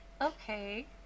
okay